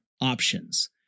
options